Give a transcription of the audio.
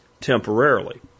temporarily